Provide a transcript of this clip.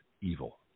evil